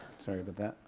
sorry about that.